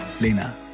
Lena